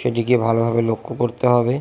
সেটিকে ভালোভাবে লক্ষ্য করতে হবে